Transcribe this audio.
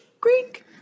Greek